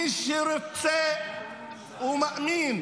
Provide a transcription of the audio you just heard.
מי שרוצה ומאמין